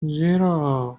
zero